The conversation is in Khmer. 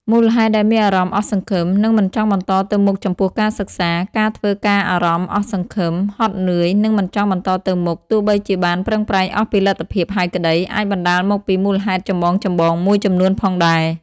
មូលហេតុដែលមានអារម្មណ៍អស់សង្ឃឹម និងមិនចង់បន្តទៅមុខចំពោះការសិក្សា ការធ្វើការអារម្មណ៍អស់សង្ឃឹម ហត់នឿយ និងមិនចង់បន្តទៅមុខ ទោះបីជាបានប្រឹងប្រែងអស់ពីលទ្ធភាពហើយក្តី អាចបណ្តាលមកពីមូលហេតុចម្បងៗមួយចំនួនផងដែរ។